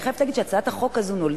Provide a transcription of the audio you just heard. אני חייבת להגיד שהצעת החוק הזאת נולדה